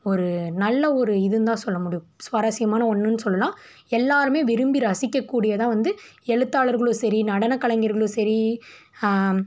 ஒரு நல்ல ஒரு இதுன்னு தான் சொல்ல முடியும் சுவாரஸ்யமான ஒன்றுன்னு சொல்லலாம் எல்லோருமே விரும்பி ரசிக்கக்கூடியதாக வந்து எழுத்தாளர்களும் சரி நடனக் கலைஞர்களும் சரி